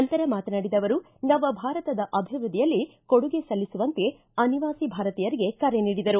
ನಂತರ ಮಾತನಾಡಿದ ಅವರು ನವ ಭಾರತದ ಅಭಿವೃದ್ದಿಯಲ್ಲಿ ಕೊಡುಗೆ ಸಲ್ಲಿಸುವಂತೆ ಅನಿವಾಸಿ ಭಾರತೀಯರಿಗೆ ಕರೆ ನೀಡಿದರು